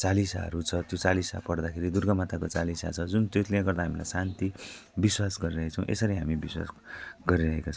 चालिसाहरू छ त्यो चालिसा पढ्दाखेरि दुर्गा माताको चालिसा छ जुन त्यसले गर्दा हामीलाई शान्ति विश्वास गरिरहेका छौँ यसरी हामी विश्वास गरिरहेका छौँ